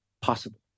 possible